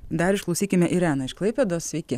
dar išklausykime irena iš klaipėdos sveiki